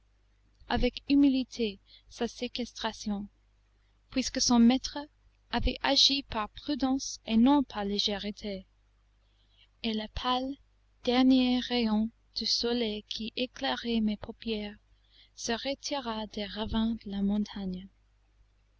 avec humilité sa séquestration puisque son maître avait agi par prudence et non par légèreté et le pâle dernier rayon de soleil qui éclairait mes paupières se retira des ravins de la montagne